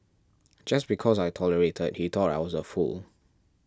just because I tolerated he thought I was a fool